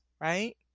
right